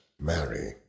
Mary